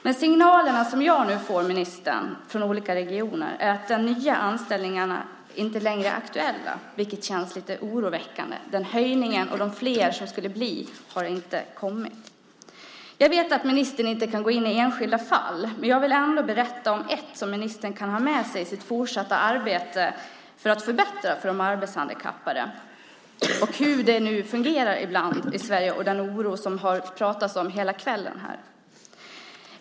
De signaler som jag nu får från olika regioner är att de nya anställningarna inte längre är aktuella, vilket känns lite oroväckande. Det har inte blivit någon höjning eller fler anställningar. Jag vet att ministern inte kan gå in på enskilda fall, men jag vill ändå berätta om ett som ministern kan ha med sig i sitt fortsatta arbete för att förbättra för de arbetshandikappade. Detta handlar om hur det kan fungera här i Sverige och om den oro som det har pratats om hela kvällen här.